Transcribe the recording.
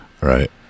Right